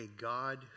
God